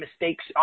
mistakes